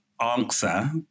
answer